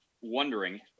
wondering